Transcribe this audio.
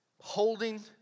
Holding